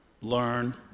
learn